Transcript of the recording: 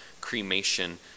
cremation